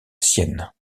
sienne